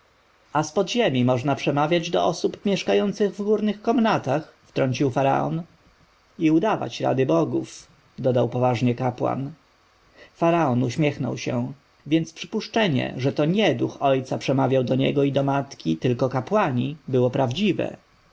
z podziemiów można przemawiać do osób mieszkających w górnych komnatach wtrącił faraon i udawać rady bogów dodał poważnie kapłan faraon uśmiechnął się więc przypuszczenie że to nie duch ojca przemawiał do niego i do matki tylko kapłani było prawdziwe